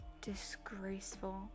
disgraceful